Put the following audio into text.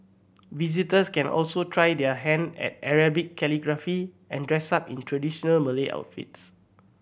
visitors can also try their hand at Arabic calligraphy and dress up in traditional Malay outfits